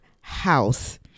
house